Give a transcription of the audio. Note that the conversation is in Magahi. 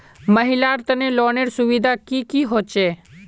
महिलार तने लोनेर सुविधा की की होचे?